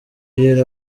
yari